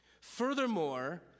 Furthermore